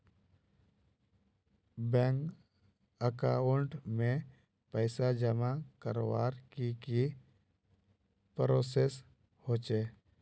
Bank account में पैसा जमा करवार की की प्रोसेस होचे?